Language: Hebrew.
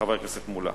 חבר הכנסת מולה.